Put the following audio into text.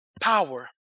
power